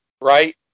right